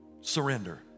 Surrender